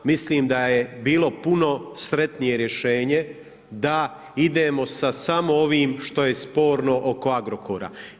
Mislim da je bilo puno sretnije rješenje da idemo sa samo ovim što je sporno oko Agrokora.